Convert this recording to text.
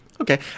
Okay